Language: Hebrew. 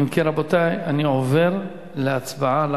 אם כן, רבותי, אני עובר להצבעה על